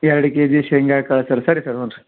ಎರಡು ಕೆಜಿ ಶೇಂಗಾಕಾಳು ಸರಿ ಸರ್ ಹ್ಞೂ ರೀ